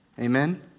Amen